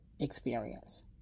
experience